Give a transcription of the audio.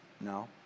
No